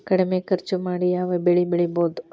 ಕಡಮಿ ಖರ್ಚ ಮಾಡಿ ಯಾವ್ ಬೆಳಿ ಬೆಳಿಬೋದ್?